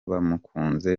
bamukunze